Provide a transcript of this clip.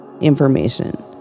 information